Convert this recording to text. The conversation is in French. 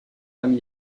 parmi